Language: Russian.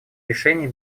решений